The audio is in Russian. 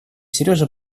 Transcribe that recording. сережа